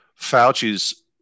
Fauci's